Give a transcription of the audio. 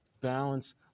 balance